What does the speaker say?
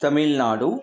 Tamil Nadu